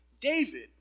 David